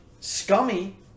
scummy